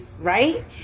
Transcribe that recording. right